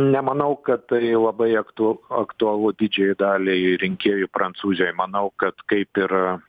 nemanau kad tai labai aktu aktualu didžiajai daliai rinkėjų prancūzijoj manau kad kaip ir